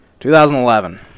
2011